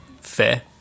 fair